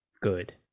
good